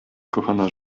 kochana